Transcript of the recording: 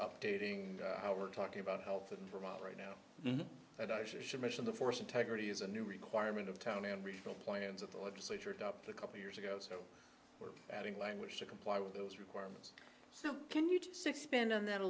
updating our talking about health and vermont right now and i should mention the force integrity is a new requirement of town and regional plans of the legislature and up a couple years ago so we're adding language to comply with those requirements so can you do six spin on that a